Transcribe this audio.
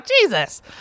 Jesus